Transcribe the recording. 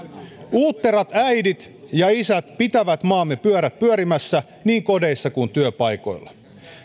uutterat äidit ja isät pitävät maamme pyörät pyörimässä niin kodeissa kuin työpaikoilla